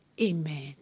Amen